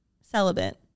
celibate